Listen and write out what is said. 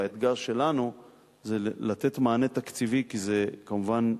והאתגר שלנו זה לתת מענה תקציבי, כי כמובן,